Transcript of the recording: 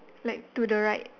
like to the right